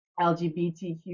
LGBTQ